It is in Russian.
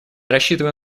рассчитываю